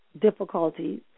difficulties